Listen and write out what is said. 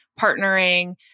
partnering